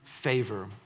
favor